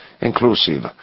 inclusive